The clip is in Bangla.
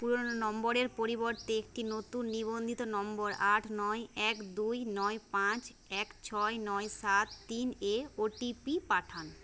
পুরনো নম্বরের পরিবর্তে একটি নতুন নিবন্ধিত নম্বর আট নয় এক দুই নয় পাঁচ এক ছয় নয় সাত তিন এ ও টি পি পাঠান